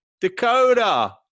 dakota